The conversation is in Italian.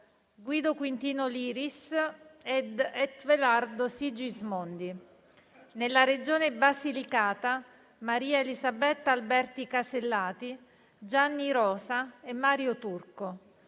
Guido Quintino Liris ed Etelwardo Sigismondi; nella Regione Basilicata: Maria Elisabetta Alberti Casellati, Gianni Rosa e Mario Turco;